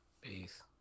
Peace